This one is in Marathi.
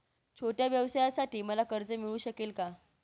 छोट्या व्यवसायासाठी मला कर्ज मिळू शकेल का?